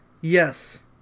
Yes